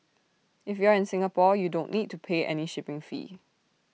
if you are in Singapore you don't need to pay any shipping fee